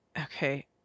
Okay